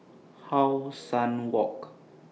How Sun Walk